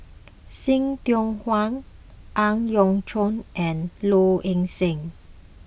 See Tiong Wah Ang Yau Choon and Low Ing Sing